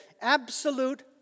absolute